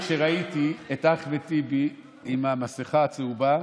כשראיתי את אחמד טיבי עם המסכה הצהובה,